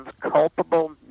culpable